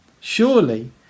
Surely